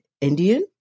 Indian